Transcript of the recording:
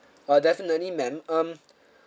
uh definitely man um